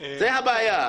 זאת הבעיה.